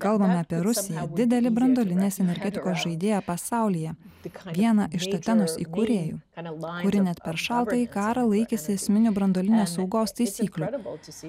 kalbame apie rusiją didelį branduolinės energetikos žaidėją pasaulyje vieną iš tatenos įkūrėjų kuri net per šaltąjį karą laikėsi esminių branduolinės saugos taisyklių